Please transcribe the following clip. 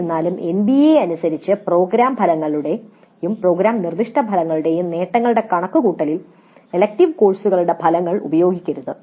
എന്നിരുന്നാലും എൻബിഎ അനുസരിച്ച് പ്രോഗ്രാം ഫലങ്ങളുടെയും പ്രോഗ്രാം നിർദ്ദിഷ്ട ഫലങ്ങളുടെയും നേട്ടങ്ങളുടെ കണക്കുകൂട്ടലിൽ ഇലക്ടീവ് കോഴ്സുകളുടെ ഫലങ്ങൾ ഉപയോഗിക്കരുത്